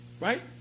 Right